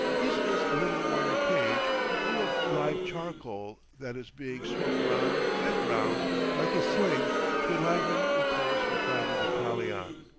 this is a. little wire cage, full of live charcoal, that is being swung round and round like a sling to enliven the coals for priming the kalian.